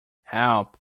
help